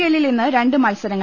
എല്ലിൽ ഇന്ന് രണ്ട് മത്സരങ്ങൾ